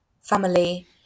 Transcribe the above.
family